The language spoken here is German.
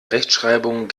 rechtschreibung